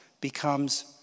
becomes